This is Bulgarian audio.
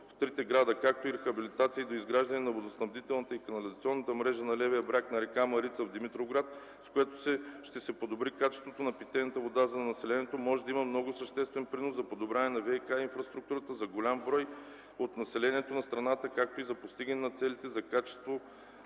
в трите града, както и рехабилитация и доизграждане на водоснабдителната и канализационната мрежа на левия бряг на р. Марица в Димитровград, с което ще се подобри качеството на питейната вода за населението, може да има много съществен принос за подобряване на ВиК инфраструктурата за голям брой от населението на страната, както и за постигане на целите за качество